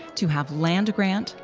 to have land grant,